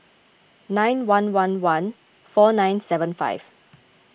nine one one one four nine seven five